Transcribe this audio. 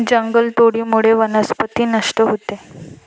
जंगलतोडीमुळे वनस्पती नष्ट होते